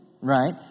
Right